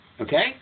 Okay